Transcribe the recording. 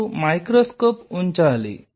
మీరు మైక్రోస్కోప్ ఉంచాలి